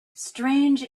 strange